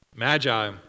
Magi